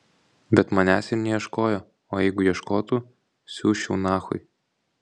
bet manęs ir neieškojo o jeigu ieškotų siųsčiau nachui